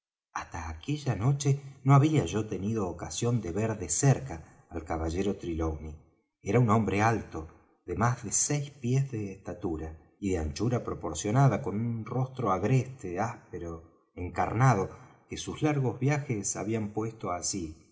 hasta aquella noche no había yo tenido ocasión de ver de cerca al caballero trelawney era un hombre alto de más de seis pies de estatura y de anchura proporcionada con un rostro agreste áspero y encarnado que sus largos viajes habían puesto así